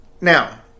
now